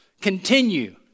continue